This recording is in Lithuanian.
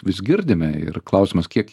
vis girdime ir klausimas kiek